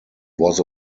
was